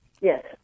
Yes